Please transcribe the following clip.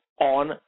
on